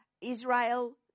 Israel